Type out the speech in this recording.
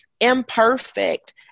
imperfect